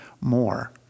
more